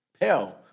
Hell